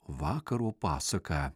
vakaro pasaka